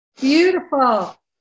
Beautiful